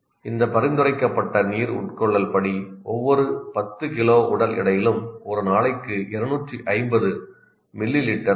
இந்த பரிந்துரைக்கப்பட்ட நீர் உட்கொள்ளல் படி ஒவ்வொரு 10 கிலோ உடல் எடையிலும் ஒரு நாளைக்கு 250 மில்லி லிட்டர் தேவை